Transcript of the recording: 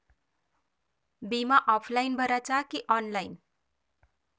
बिमा ऑफलाईन भराचा का ऑनलाईन?